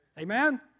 Amen